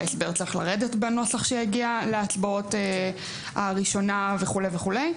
ההסבר צריך לרדת בנוסח שיגיע להצבעות הראשונה וכו' וכו'.